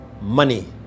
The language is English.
money